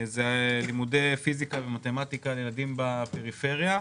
לימודי פיזיקה ומתמטיקה לילדים בפריפריה,